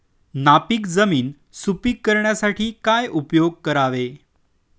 नापीक जमीन सुपीक करण्यासाठी काय उपयोग करावे?